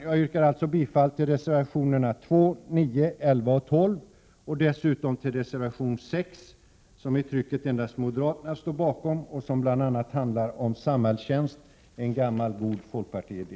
Jag yrkar alltså bifall till reservationerna 2, 9, 11 och 12 och dessutom till reservation 6, som i trycket endast moderaterna står bakom och som bl.a. handlar om samhällstjänst, en gammal god folkpartiidé.